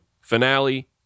finale